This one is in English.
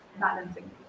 balancing